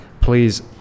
please